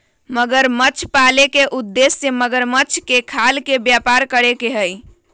मगरमच्छ पाले के उद्देश्य मगरमच्छ के खाल के व्यापार करे के हई